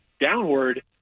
downward